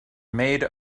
made